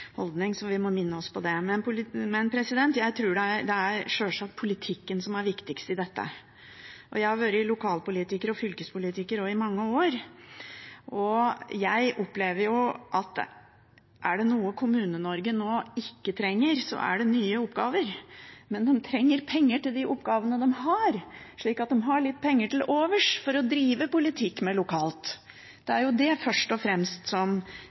vi må minne oss på det. Men det er sjølsagt politikken som er viktigst i dette. Jeg har vært lokalpolitiker og fylkespolitiker også i mange år, og jeg opplever at er det noe Kommune-Norge ikke trenger nå, så er det nye oppgaver, men de trenger penger til de oppgavene de har, slik at de har litt penger til overs til å drive politikk med lokalt. Det er først og fremst det politikerne mangler. Vi opplever jo at det